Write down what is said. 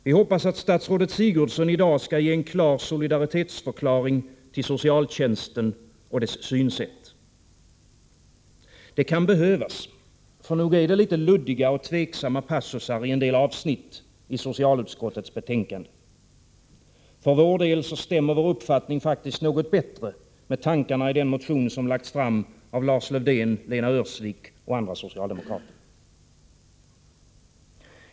Vi hoppas att statsrådet Sigurdsen i dag skall ge en klar solidaritetsförklaring till socialtjänsten och dess synsätt. Det kan behövas, för nog är det litet luddiga och tvivelaktiga passusar i en del avsnitt i socialutskottets betänkande. För vår del stämmer vår uppfattning faktiskt något bättre med tankarna i den motion som väckts av Lars-Erik Lövdén, Lena Öhrsvik och andra socialdemokrater.